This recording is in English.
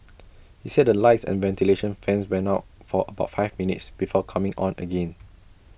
he said the lights and ventilation fans went out for about five minutes before coming on again